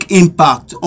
impact